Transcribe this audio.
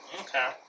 Okay